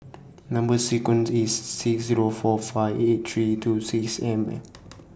Number sequence IS six Zero four five eight three two six M and